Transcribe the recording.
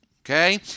Okay